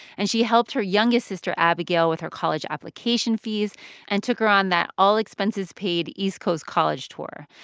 and she helped her youngest sister, abigail, with her college application fees and took her on that all-expenses-paid east coast college tour.